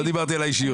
לא דיברתי על האישיות.